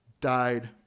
died